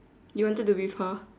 you wanted to be with her